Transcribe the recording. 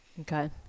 Okay